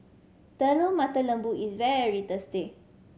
Telur Mata Lembu is very tasty